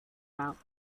out